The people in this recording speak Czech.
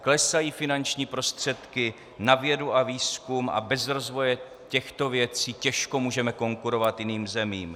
Klesají finanční prostředky na vědu a výzkum a bez rozvoje těchto věcí těžko můžeme konkurovat jiným zemím.